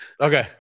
okay